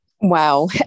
Wow